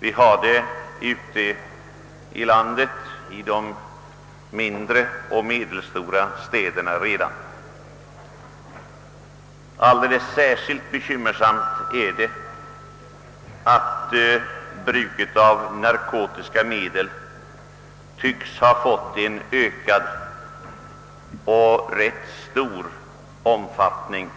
Vi har det redan nu i de mindre och medelstora städerna ute i landet. Alldeles särskilt bekymmersamt är det att bruket av narkotiska medel tycks ha fått en ökad, redan rätt stor omfattning